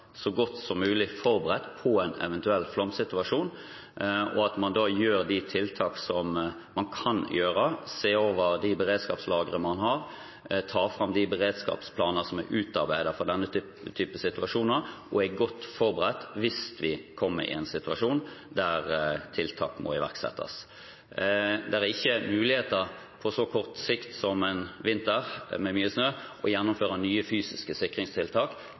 så godt som mulig forberedt på en eventuell flomsituasjon, og at man gjør de tiltak man kan gjøre – se over de beredskapslagre man har, ta fram de beredskapsplaner som er utarbeidet for denne type situasjoner – og er godt forberedt hvis vi kommer i en situasjon der tiltak må iverksettes. Det er ikke muligheter på så kort sikt som en vinter, med mye snø, til å gjennomføre nye fysiske sikringstiltak.